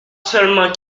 seulement